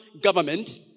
government